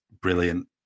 brilliant